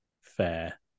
fair